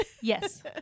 Yes